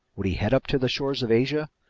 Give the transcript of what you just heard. would he head up to the shores of asia?